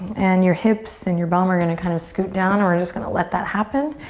and your hips and your bum are gonna kinda scoot down and we're just gonna let that happen,